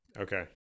Okay